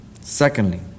Secondly